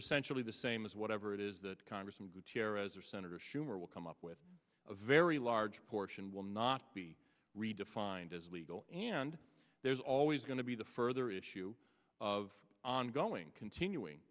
essentially the same as whatever it is that congress and gutierrez or senator schumer will come up with a very large portion will not be redefined as legal and there's always going to be the further issue of ongoing continuing